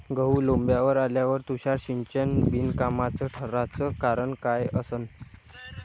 गहू लोम्बावर आल्यावर तुषार सिंचन बिनकामाचं ठराचं कारन का असन?